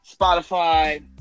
Spotify